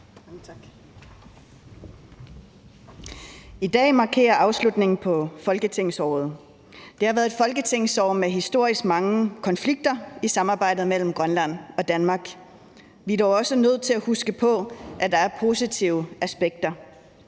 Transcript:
I dag markeres afslutningen på folketingsåret. Det har været et folketingsår med historisk mange konflikter i samarbejdet mellem Grønland og Danmark. Vi er dog også nødt til at huske på, at der er positive aspekter.